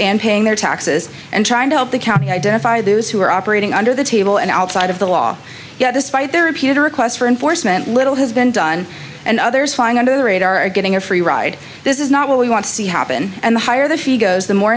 and paying their taxes and trying to help the county identify those who are operating under the table and outside of the law yet despite their repeated requests for in force meant little has been done and others flying under the radar are getting a free ride this is not what we want to see happen and the higher the fee goes the more